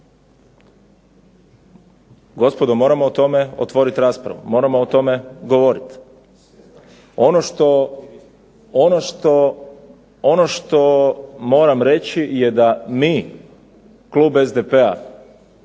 Gospodo, moramo o tome otvorit raspravu, moramo o tome govorit. Ono što moram reći je da mi, klub SDP-a